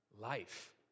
life